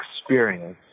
experience